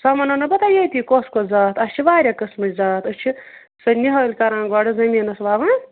سۄ وَنو نہ بہٕ تۄہہِ ییٚتی کۄس کۄس زات اَسہِ چھِ واریاہ قٕسمٕچ زات أسۍ چھِ سۄ نِہٲلۍ کَران گۄڈٕ زٔمیٖنَس وَوان